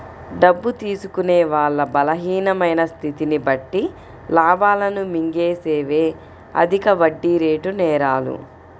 డబ్బు తీసుకునే వాళ్ళ బలహీనమైన స్థితిని బట్టి లాభాలను మింగేసేవే అధిక వడ్డీరేటు నేరాలు